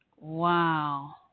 Wow